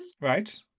Right